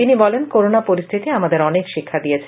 তিনি বলেন করোনা পরিস্থিতি আমাদের অনেক শিক্ষা দিয়েছে